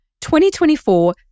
2024